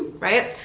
right?